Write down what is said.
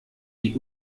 die